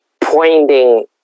pointing